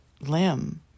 limb